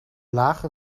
lagere